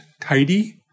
tidy